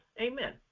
amen